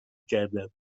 کردم